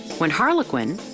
when harlequin,